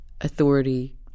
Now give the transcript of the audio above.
authority